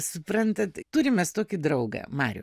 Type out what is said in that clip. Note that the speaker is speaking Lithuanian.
suprantat turim mes tokį draugą marių